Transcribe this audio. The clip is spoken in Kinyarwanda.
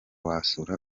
wasura